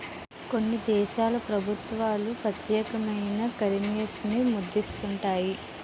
కొన్ని దేశాల ప్రభుత్వాలు ప్రత్యేకమైన కరెన్సీని ముద్రిస్తుంటాయి